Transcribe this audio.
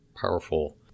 powerful